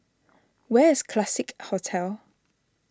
where is Classique Hotel